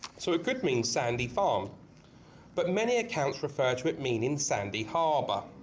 so a good means sandy farm but many accounts refer to it meaning sandy harbour